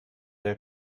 der